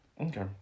Okay